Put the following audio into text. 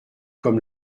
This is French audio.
comme